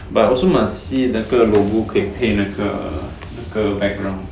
but also must see 那个 logo 可以配那个那个 background mah